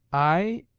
i,